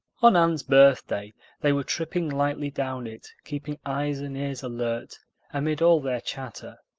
on anne's birthday they were tripping lightly down it, keeping eyes and ears alert amid all their chatter,